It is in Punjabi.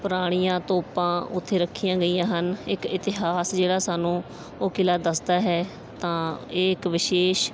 ਪੁਰਾਣੀਆਂ ਤੋਪਾਂ ਉੱਥੇ ਰੱਖੀਆਂ ਗਈਆਂ ਹਨ ਇੱਕ ਇਤਿਹਾਸ ਜਿਹੜਾ ਸਾਨੂੰ ਉਹ ਕਿਲ੍ਹਾ ਦੱਸਦਾ ਹੈ ਤਾਂ ਇਹ ਇੱਕ ਵਿਸ਼ੇਸ਼